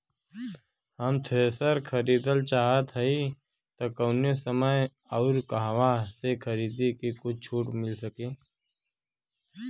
हम थ्रेसर खरीदल चाहत हइं त कवने समय अउर कहवा से खरीदी की कुछ छूट मिल सके?